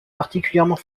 particulièrement